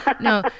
no